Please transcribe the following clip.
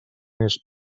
més